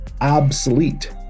obsolete